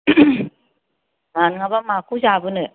लाङाबा माखौ जाबोनो